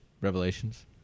Revelations